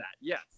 yes